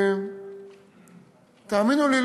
תאמינו לי,